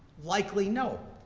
likely no.